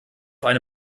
eine